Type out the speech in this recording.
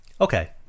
okay